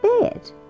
bed